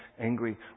angry